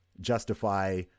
justify